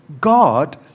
God